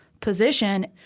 position